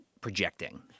projecting